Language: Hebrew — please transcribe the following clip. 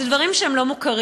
אלה דברים שהם לא מוכרים.